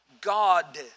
God